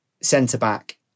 centre-back